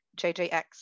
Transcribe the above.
JJX